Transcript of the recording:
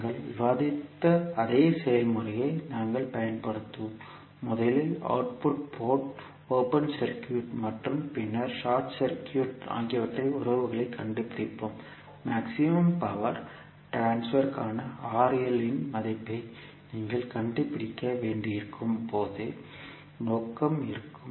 நாங்கள் விவாதித்த அதே செயல்முறையை நாங்கள் பயன்படுத்துவோம் முதலில் அவுட்புட் போர்ட் ஓபன் சர்க்யூட் மற்றும் பின்னர் ஷார்ட் சர்க்யூட் ஆகியவற்றை உறவுகளைக் கண்டுபிடிப்போம் மேக்ஸிமம் பவர் ட்ரான்ஸ்பர் கான இன் மதிப்பை நீங்கள் கண்டுபிடிக்க வேண்டியிருக்கும் போது நோக்கம் இருக்கும்